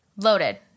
loaded